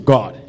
God